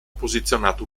posizionato